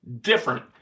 different